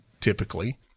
typically